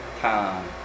time